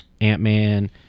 Ant-Man